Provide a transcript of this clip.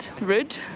rude